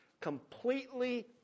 completely